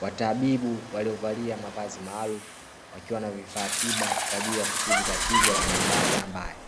Watabibu waliovalia mavazi maalum wakiwa na vifaa tiba kwa ajili ya kutibu, tatizo la mwanadada ambaye